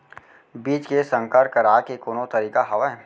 बीज के संकर कराय के कोनो तरीका हावय?